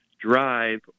drive